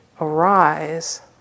arise